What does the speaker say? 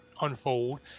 unfold